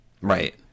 right